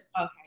Okay